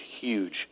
huge